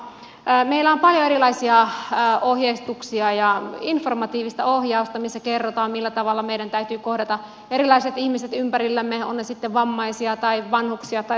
meillä on paljon erilaisia ohjeistuksia ja informatiivista ohjausta missä kerrotaan millä tavalla meidän täytyy kohdata erilaiset ihmiset ympärillämme ovat he sitten vammaisia tai vanhuksia tai sairaita